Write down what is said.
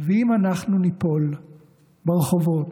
"ואם אנחנו ניפול ברחובות,